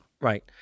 Right